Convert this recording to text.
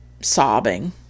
sobbing